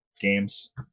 games